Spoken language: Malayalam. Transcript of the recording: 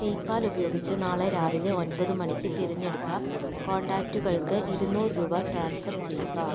പേയ്പാൽ ഉപയോഗിച്ച് നാളെ രാവിലെ ഒൻപത് മണിക്ക് തിരഞ്ഞെടുത്ത കോൺടാക്റ്റുകൾക്ക് ഇരുന്നൂറ് രൂപ ട്രാൻസ്ഫർ ചെയ്യുക